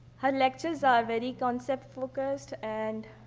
her lectures are very concept-focused, and